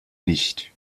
nicht